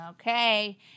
Okay